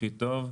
הכי טוב.